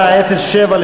סעיף 07,